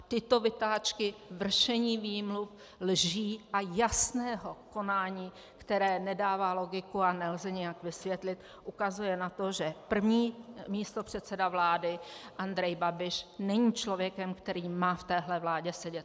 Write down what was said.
Tyto vytáčky, vršení výmluv, lží a jasného konání, které nedává logiku a nelze nijak vysvětlit, ukazuje na to, že první místopředseda vlády Andrej Babiš není člověkem, který má v téhle vládě sedět.